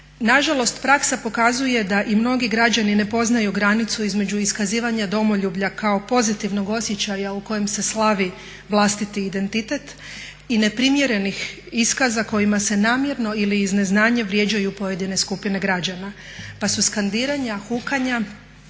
Nažalost praksa pokazuje da i mnogi građani ne poznaju granicu između iskazivanja domoljublja kao pozitivnog osjećaja o kojem se slavi vlastiti identitet i neprimjerenih iskaza kojima se namjernom ili iz neznanja vrijeđaju pojedine skupine građana pa su skandiranja, hukanja,